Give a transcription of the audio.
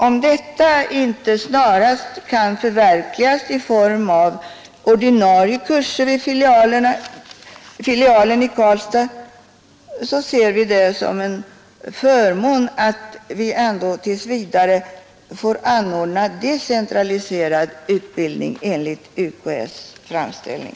Om detta inte snarast kan förverkligas i from av ordinarie kurser vid filialen i Karlstad ser vi det som en förmån att vi ändå tills vidare får anordna decentraliserad utbildning enligt UKÄ:s framställning.